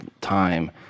time